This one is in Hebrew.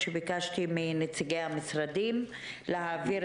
כשפרץ המשבר אז היה ברור למשל שאין ציוד.